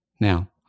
Now